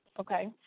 Okay